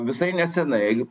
visai nesenai